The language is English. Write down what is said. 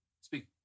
Speak